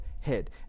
head